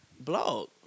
Blog